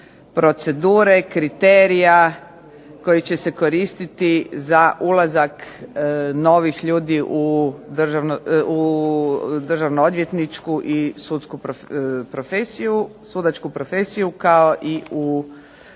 procedure, kriterija koji će se koristiti za ulazak novih ljudi u državno odvjetničku i sudačku profesiju kao i u